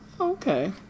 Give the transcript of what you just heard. Okay